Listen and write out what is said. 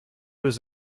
was